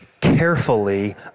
carefully